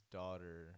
daughter